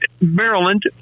Maryland